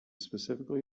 specifically